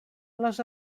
les